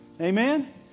Amen